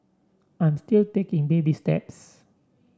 I'm still taking baby steps